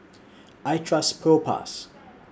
I Trust Propass